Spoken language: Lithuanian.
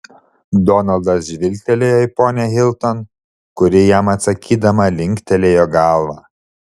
donaldas žvilgtelėjo į ponią hilton kuri jam atsakydama linktelėjo galvą